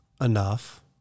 enough